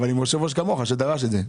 אבל עם יושב-ראש כמוך שדרש את זה.